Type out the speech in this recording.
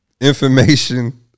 information